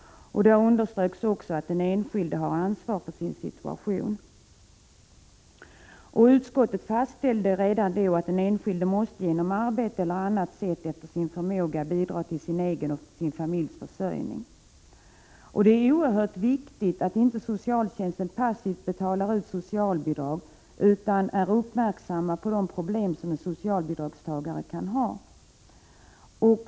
Där underströks också att den enskilde har ansvar för sin situation. Utskottet fastställde redan då att den enskilde genom arbete eller på annat sätt efter sin förmåga måste bidra till sin egen och sin familjs försörjning. Det är oerhört viktigt att inte socialtjänsten passivt betalar ut socialbidrag utan är uppmärksam på de problem som en socialbidragstagare kan ha.